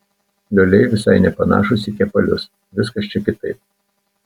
lioliai visai nepanašūs į kepalius viskas čia kitaip